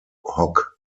hock